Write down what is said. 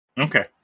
Okay